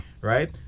Right